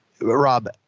Rob